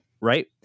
right